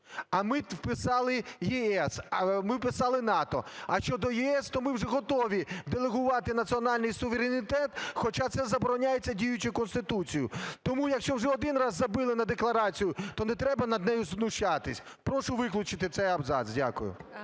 а ми вписали ЄС… ми вписали НАТО. А щодо ЄС, то ми вже готові делегувати національний суверенітет, хоча це забороняється діючою Конституцією. Тому якщо вже один раз "забили" на Декларацію, то не треба над нею знущатись. Прошу виключити цей абзац. Дякую.